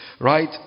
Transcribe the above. Right